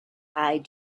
high